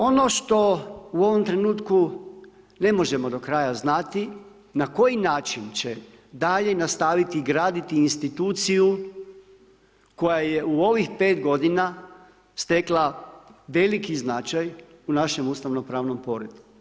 On što u ovom trenutku ne možemo do kraja znati na koji način će dalje nastaviti graditi instituciju koja je u ovih 5 godina stekla veliki značaj u našem ustavno pravnom poretku.